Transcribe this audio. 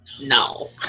No